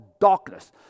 darkness